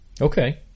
Okay